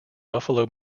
buffalo